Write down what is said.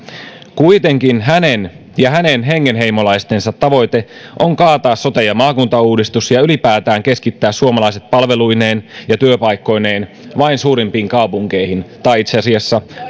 kuitenkin hänen ja hänen hengenheimolaistensa tavoite on kaataa sote ja maakuntauudistus ja ylipäätään keskittää suomalaiset palveluineen ja työpaikkoineen vain suurimpiin kaupunkeihin tai itse asiassa